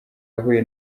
yahuye